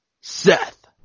Seth